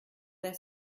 their